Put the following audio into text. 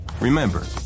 Remember